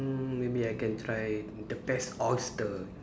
mm maybe I can try the best oyster